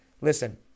Listen